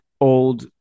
old